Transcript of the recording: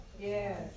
Yes